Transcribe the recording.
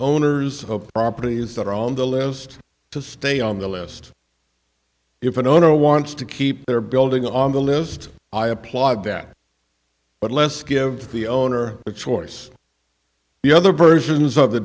owners of properties that are on the list to stay on the list if an owner wants to keep their building on the list i applaud that but less give the owner a choice the other versions of the